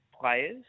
players